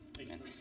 Amen